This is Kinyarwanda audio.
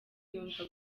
yumva